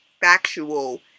factual